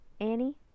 Annie